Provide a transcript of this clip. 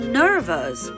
nervous